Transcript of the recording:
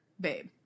babe